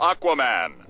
Aquaman